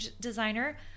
designer